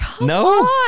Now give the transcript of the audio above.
No